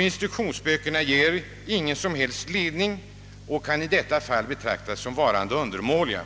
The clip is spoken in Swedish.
Instruktionsböckerna ger ingen som helst ledning och kan i detta fall betraktas som varande undermåliga.